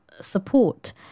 support